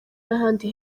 n’ahandi